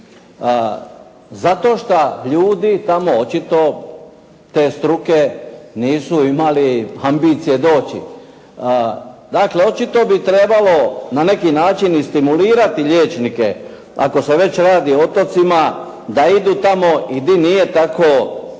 Zato što ljudi tamo očito te struke nisu imali ambicije doći. Dakle, očito bi trebalo na neki način i stimulirati liječnike ako se već radi o otocima da idu tamo i di nije tako